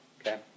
Okay